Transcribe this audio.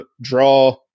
draw